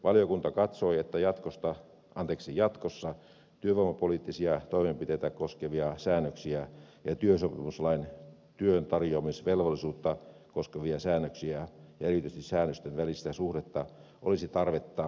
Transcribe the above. valiokunta katsoi että jatkossa työvoimapoliittisia toimenpiteitä koskevia säännöksiä työsopimuslain työntarjoamisvelvollisuutta koskevia säännöksiä ja erityisesti säännösten välistä suhdetta olisi tarvetta edelleen selkeyttää